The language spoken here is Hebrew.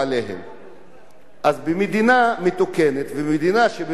במדינה מתוקנת, במדינה שבאמת עושה למען אזרחיה,